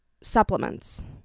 supplements